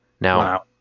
Now